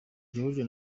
burya